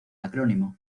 acrónimo